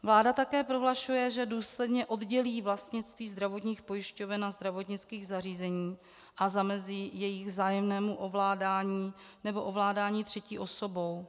Vláda také prohlašuje, že důsledně oddělí vlastnictví zdravotních pojišťoven a zdravotnických zařízení a zamezí jejich vzájemnému ovládání nebo ovládání třetí osobou.